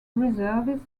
reserves